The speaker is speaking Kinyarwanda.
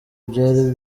byari